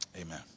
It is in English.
Amen